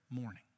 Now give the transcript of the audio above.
morning